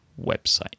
website